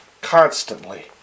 constantly